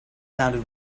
sounded